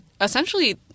essentially